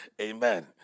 Amen